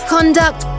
Conduct